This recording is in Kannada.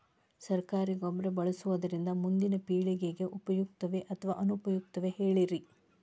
ಸರಕಾರಿ ಗೊಬ್ಬರ ಬಳಸುವುದರಿಂದ ಮುಂದಿನ ಪೇಳಿಗೆಗೆ ಉಪಯುಕ್ತವೇ ಅಥವಾ ಅನುಪಯುಕ್ತವೇ ಹೇಳಿರಿ